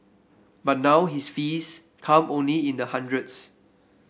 but now his fees come only in the hundreds